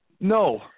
No